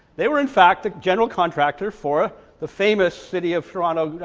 they were in fact the general contractor for the famous city of toronto